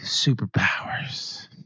superpowers